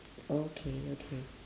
okay okay